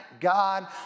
God